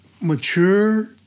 mature